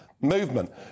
movement